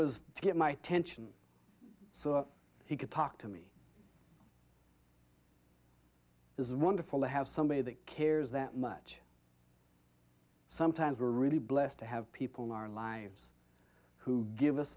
was to get my attention so he could talk to me is wonderful to have somebody that cares that much sometimes we're really blessed to have people in our lives who give us